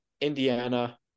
Indiana